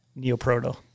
Neoproto